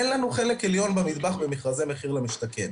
אין לנו חלק עליון במטבח במכרזי מחיר למשתכן.